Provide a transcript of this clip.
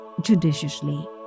judiciously